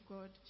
God